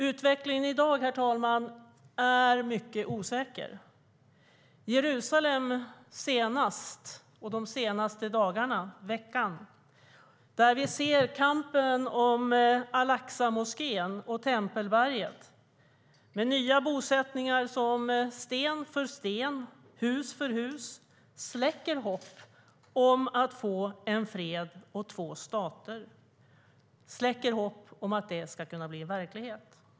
Utvecklingen i dag är mycket osäker, herr talman. I Jerusalem har vi den senaste veckan sett kampen om al-Aqsamoskén och Tempelberget, där nya bosättningar sten för sten och hus för hus släcker hoppet om att få fred och två stater - släcker hoppet om att detta ska kunna bli verklighet.